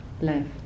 Left